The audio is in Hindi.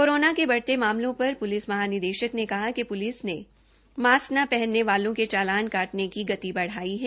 कोरोना के बढ़ते मामलों पर प्लिस महानिदेशक ने कहा कि प्लिस ने मास्क् न पहनने वालों के चालान काटने की गति बढ़ाई है